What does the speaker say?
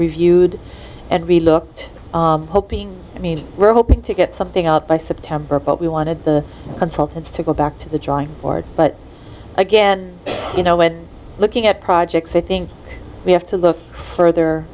reviewed and we look hoping i mean we're hoping to get something out by september probably wanted the consultants to go back to the drawing board but again you know when looking at projects i think we have to those further